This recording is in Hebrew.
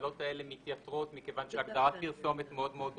ההגבלות האלה מתייתרות מכיוון שהגדרת פרסומת מאוד מאוד הורחבה.